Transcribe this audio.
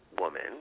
woman